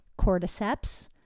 cordyceps